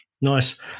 Nice